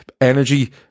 energy